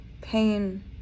pain